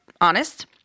honest